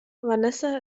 vanessa